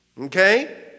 Okay